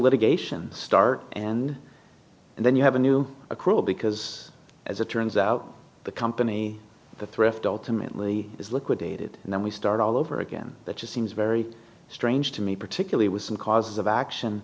litigation start and then you have a new accrual because as it turns out the company the thrift ultimately is liquidated and then we start all over again that just seems very strange to me particularly with some causes of action